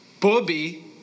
Bobby